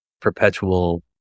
perpetual